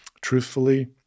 Truthfully